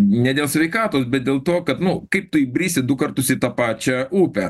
ne dėl sveikatos bet dėl to kad nu kaip tu įbrisi du kartus į tą pačią upę